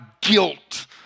guilt